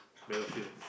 Battlefield